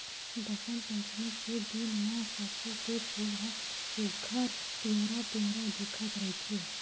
बसंत पचमी के दिन म सरसो के फूल ह सुग्घर पिवरा पिवरा दिखत रहिथे